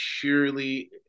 purely